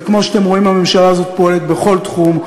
וכמו שאתם רואים, הממשלה הזאת פועלת בכל תחום.